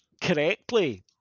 correctly